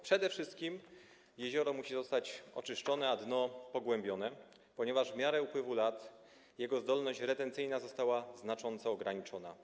Przede wszystkim jezioro musi zostać oczyszczone, a dno pogłębione, ponieważ w miarę upływu lat jego zdolność retencyjna została znacząco ograniczona.